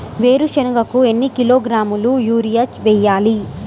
వేరుశనగకు ఎన్ని కిలోగ్రాముల యూరియా వేయాలి?